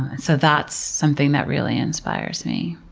so that's something that really inspires me.